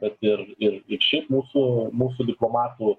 bet ir ir ir šiaip mūsų mūsų diplomatų